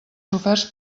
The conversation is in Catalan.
soferts